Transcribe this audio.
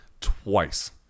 Twice